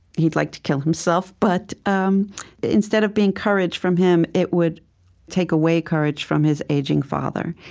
he'd like to kill himself, but um instead of being courage from him, it would take away courage from his aging father.